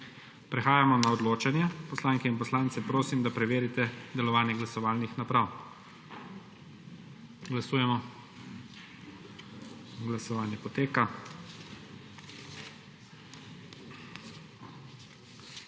Prehajamo na odločanje. Poslanske in poslance prosim, da preverijo delovanje glasovalnih naprav. Glasujemo. Navzočih